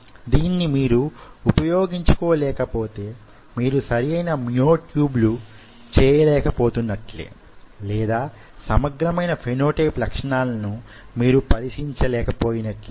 దీన్ని మీరు ఉపయోగించుకోలేకపోతే మీరు సరియైన మ్యో ట్యూబ్ లు చేయలేకపోతునట్లే లేదా సమగ్రమైన ఫెనోటైప్ లక్షణాలను మీరు పరిశీలించలేకపోయినట్లే